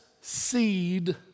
seed